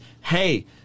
hey